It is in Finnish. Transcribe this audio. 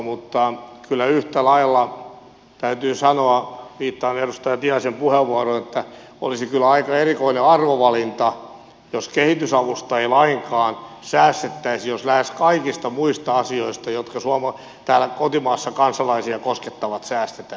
mutta kyllä yhtä lailla täytyy sanoa viittaan edustaja tiaisen puheenvuoroon että olisi kyllä aika erikoinen arvovalinta jos kehitysavusta ei lainkaan säästettäisi jos lähes kaikista muista asioista jotka täällä kotimaassa kansalaisia koskettavat säästetään